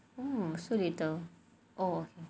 hmm so little